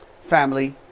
family